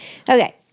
Okay